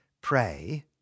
pray